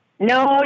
No